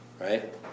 Right